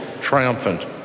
triumphant